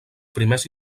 primers